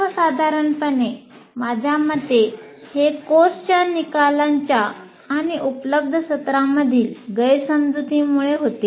सर्वसाधारणपणे माझ्या मते हे कोर्सच्या निकालांच्या आणि उपलब्ध सत्रामधील गैरसमजुतीमुळे होते